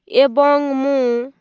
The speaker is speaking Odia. ଏବଂ ମୁଁ